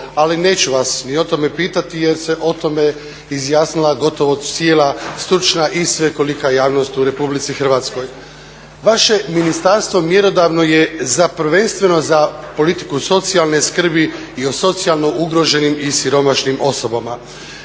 Ali neću vas ni o tome pitati jer se o tome izjasnila gotovo cijela stručna i svekolika javnost u Republici Hrvatskoj. Vaše ministarstvo mjerodavno je prvenstveno za politiku socijalne skrbi i o socijalno ugroženim i siromašnim osobama.